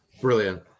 Brilliant